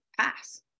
pass